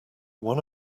one